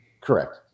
Correct